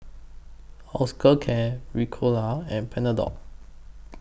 Osteocare Ricola and Panadol